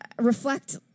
reflect